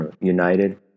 united